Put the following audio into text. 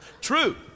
True